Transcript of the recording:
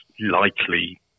likely